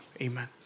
Amen